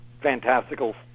fantastical